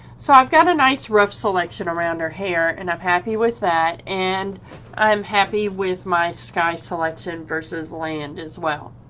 so i've got a nice rough selection around her hair and i'm happy with that and i'm happy with my sky selection verses land as well.